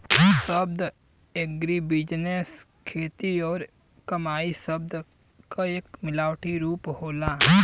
शब्द एग्रीबिजनेस खेती और कमाई शब्द क एक मिलावटी रूप होला